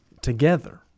together